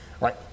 right